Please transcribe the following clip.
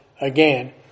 again